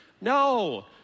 No